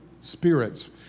Spirits